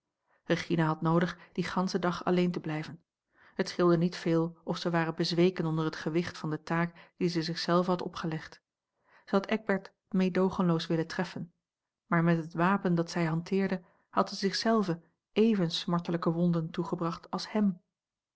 regina had noodig dien ganschen dag alleen te blijven het scheelde niet veel of zij ware bezweken onder het gewicht van de taak die zij zich zelve had opgelegd zij had eckbert meedoogenloos willen treffen maar met het wapen dat zij hanteerde had zij zich zelve even smartelijke wonden toegebracht als hem